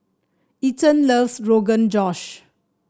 Ethan loves Rogan Josh